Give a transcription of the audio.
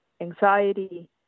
anxiety